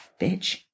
bitch